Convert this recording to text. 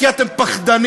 כי אתם פחדנים,